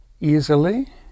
easily